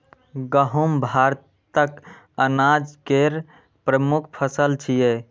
गहूम भारतक अनाज केर प्रमुख फसल छियै